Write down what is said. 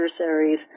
adversaries